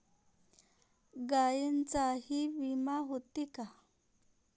गायींचाही विमा होते का?